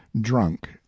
drunk